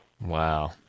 Wow